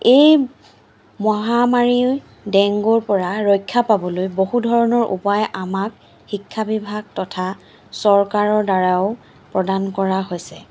এই মহামাৰীৰ ডেংগুৰ পৰা ৰক্ষা পাবলৈ বহু ধৰণৰ উপায় আমাক শিক্ষাবিভাগ তথা চৰকাৰৰ দ্বাৰাও প্ৰদান কৰা হৈছে